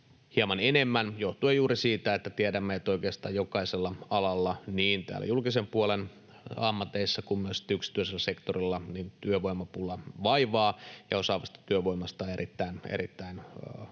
hieman enemmän, johtuen juuri siitä, että tiedämme, että oikeastaan jokaisella alalla niin täällä julkisen puolen ammateissa kuin myös yksityisellä sektorilla työvoimapula vaivaa ja osaavasta työvoimasta on erittäin iso